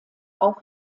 auch